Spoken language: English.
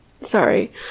Sorry